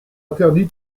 interdire